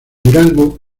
durango